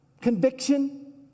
conviction